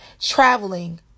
traveling